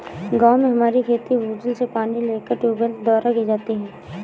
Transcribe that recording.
गांव में हमारी खेती भूजल से पानी लेकर ट्यूबवेल द्वारा की जाती है